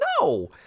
no